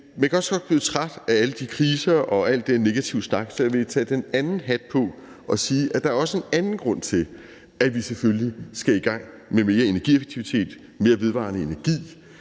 man kan også godt blive træt af alle de kriser og af al den negative snak, så jeg vil tage den anden hat på og sige, at der selvfølgelig også er en anden grund til, at vi skal i gang med mere energieffektivitet, mere vedvarende energi